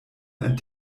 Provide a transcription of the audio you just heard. ein